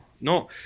no